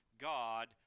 God